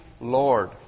Lord